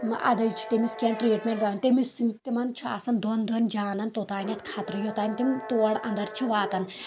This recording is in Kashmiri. ادے چھُ تٔمِس کینٛہہ ٹریٖٹمنٹ تٔمِس سٕندۍ تِمن چھُ آسان دۄن دۄن جانن توٚتانٮ۪تھ خطرٕ یوٚتانۍ تِم تور انٛدر چھِ واتان